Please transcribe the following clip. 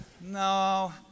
No